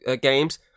games